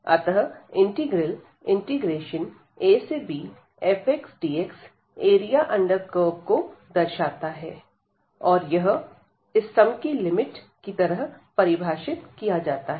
अतः integral abfxdx area under curve को दर्शाता है और यह इस सम की लिमिट की तरह परिभाषित किया जाता है